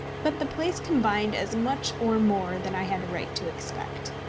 but the place combined as much or more than i had a right to expect.